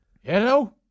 Hello